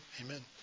amen